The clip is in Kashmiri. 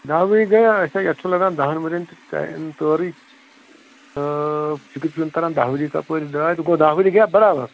اسے یَتھ چھُنہٕ لگان دَہن ؤرِیَن تہِ ٹایِم تٲرٕے تہٕ فِکرِ چھُنہٕ تَران دَہ ؤری کپٲرۍ درٛاے تہٕ گوٚو دَہ ؤری گٔیا برابر